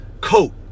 coat